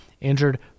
injured